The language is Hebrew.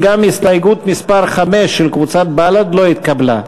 גם הסתייגות מס' 5 של קבוצת בל"ד לא התקבלה.